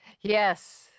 Yes